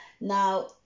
Now